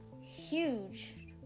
huge